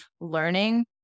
learning